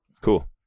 Cool